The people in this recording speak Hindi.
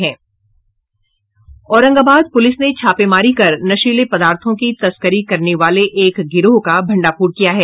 औरंगाबाद पूलिस ने छापेमारी कर नशीले पदार्थ की तस्करी करने वाले एक गिरोह का भांडाफोड़ किया है